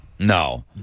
No